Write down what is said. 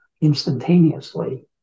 instantaneously